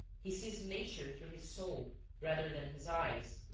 he sees nature through his soul rather than his eyes,